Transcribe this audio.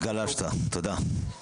אז גלשת, תודה.